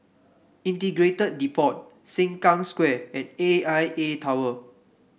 Integrated Depot Sengkang Square and A I A Tower